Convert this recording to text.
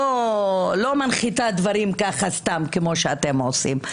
לא מנחיתה דברים ככה סתם כמו שאתם עושים.